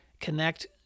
connect